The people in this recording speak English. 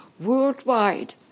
worldwide